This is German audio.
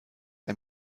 ein